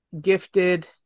gifted